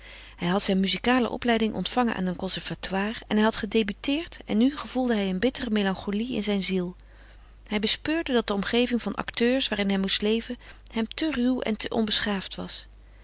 hij had zijn muzikale opleiding ontvangen aan een conservatoire en hij had gedebuteerd en nu gevoelde hij een bittere melancholie in zijn ziel hij bespeurde dat de omgeving van acteurs waarin hij moest leven hem te ruw en te onbeschaafd was